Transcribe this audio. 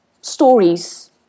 stories